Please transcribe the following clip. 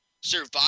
survive